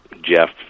Jeff